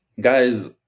guys